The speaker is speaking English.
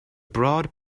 broad